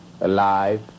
alive